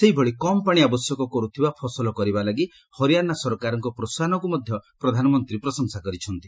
ସେହିଭଳି କମ୍ ପାଣି ଆବଶ୍ୟକ କରୁଥିବା ଫସଲ କରିବା ଲାଗି ହରିୟାଣା ସରକାରଙ୍କ ପ୍ରୋହାହନକୁ ମଧ୍ୟ ପ୍ରଧାନମନ୍ତ୍ରୀ ପ୍ରଶଂସା କରିଛନ୍ତି